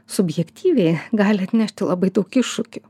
subjektyviai gali atnešti labai daug iššūkių